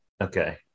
okay